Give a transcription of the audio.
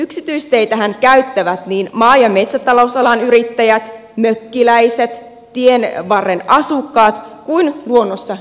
yksityisteitähän käyttävät niin maa ja metsätalousalan yrittäjät mökkiläiset tienvarren asukkaat kuin luonnossa liikkujatkin